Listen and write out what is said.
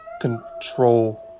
control